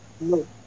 No